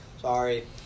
Sorry